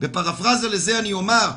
בפרפרזה לזה אני אומר,